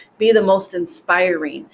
be the most inspiring,